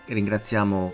Ringraziamo